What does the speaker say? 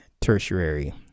tertiary